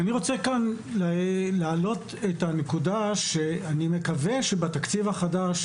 אני רוצה להעלות כאן את הנקודה שאני מקווה שבתקציב החדש